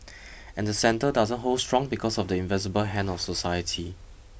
and the centre doesn't hold strong because of the invisible hand of society